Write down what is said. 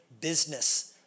business